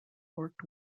worked